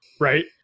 right